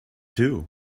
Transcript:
too